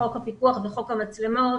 חוק הפיקוח וחוק המצלמות,